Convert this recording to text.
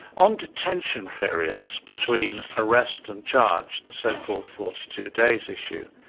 on detention periods between arrest and charge, the so-called forty two days issue,